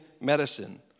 medicine